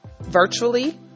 virtually